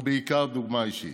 ובעיקר, דוגמה אישית.